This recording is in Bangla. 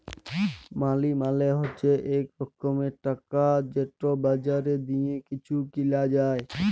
মালি মালে হছে ইক রকমের টাকা যেট বাজারে দিঁয়ে কিছু কিলা যায়